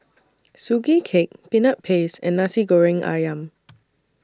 Sugee Cake Peanut Paste and Nasi Goreng Ayam